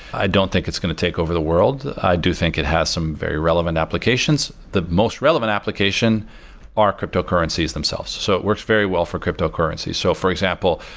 i don't think it's going to take over the world. i do think it has some very relevant applications. the most relevant application are cryptocurrencies themselves. so it works very well for cryptocurrency. so, for example,